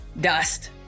dust